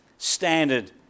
standard